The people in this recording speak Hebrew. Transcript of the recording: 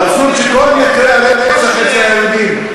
האבסורד הוא שכל מקרי הרצח אצל היהודים,